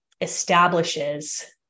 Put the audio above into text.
establishes